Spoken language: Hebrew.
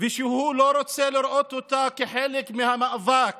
ושהוא לא רוצה לראות אותה כחלק מהמאבק